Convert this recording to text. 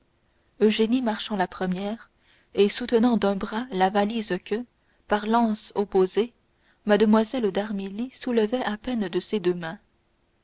cour eugénie marchant la première et soutenant d'un bras la valise que par l'anse opposée mlle d'armilly soulevait à peine de ses deux mains